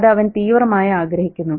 അത് അവൻ തീവ്രമായി ആഗ്രഹിക്കുന്നു